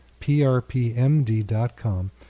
prpmd.com